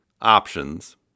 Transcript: options